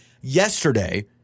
yesterday